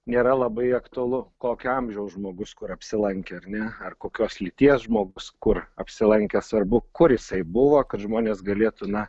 nėra labai aktualu kokio amžiaus žmogus kur apsilankė ar ne ar kokios lyties žmogus kur apsilankė svarbu kur jisai buvo kad žmonės galėtų na